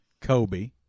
Kobe